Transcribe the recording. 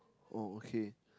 oh okay